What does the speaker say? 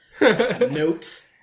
Note